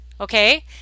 okay